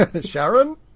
Sharon